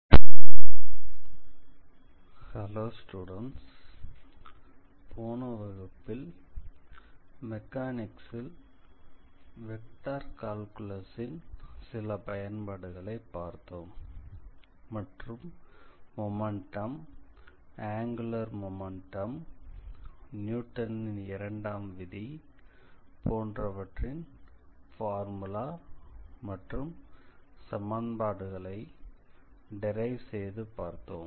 பார்ட்டிகிளின் இயக்கச் சமன்பாட்டை டிரைவ் செய்யும் எடுத்துக்காட்டு ஹலோ ஸ்டூடண்ட்ஸ் போன வகுப்பில் மெக்கானிக்ஸில் வெக்டார் கால்குலஸ் ன் சில பயன்பாடுகளை பார்த்தோம் மற்றும் மொமெண்டம் ஆங்குலர் மொமெண்டம் நியூட்டனின் இரண்டாம் விதி போன்றவற்றின் ஃபார்முலா மற்றும் சமன்பாடுகளை டிரைவ் செய்து பார்த்தோம்